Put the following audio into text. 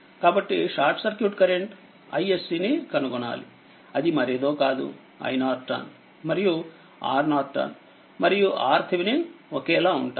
కాబట్టిషార్ట్ circuit కరెంట్iSCని కనుగొనాలి అది మరేదో కాదు iN మరియుRNorton మరియు RTheveninఒకేలా ఉంటాయి